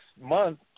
month